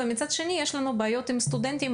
ומצד שני יש לנו בעיות עם סטודנטים,